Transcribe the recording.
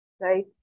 right